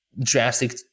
drastic